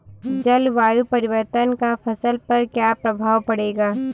जलवायु परिवर्तन का फसल पर क्या प्रभाव पड़ेगा?